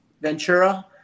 Ventura